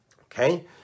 okay